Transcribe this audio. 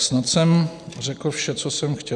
Snad jsem řekl vše, co jsem chtěl.